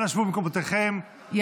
אנא שבו במקומותיכם ותאפשרו לה.